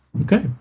Okay